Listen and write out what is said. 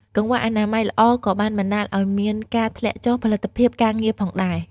កង្វះអនាម័យល្អក៏បានបណ្តាលឱ្យមានការធ្លាក់ចុះផលិតភាពការងារផងដែរ។